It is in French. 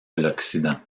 l’occident